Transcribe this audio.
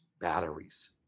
batteries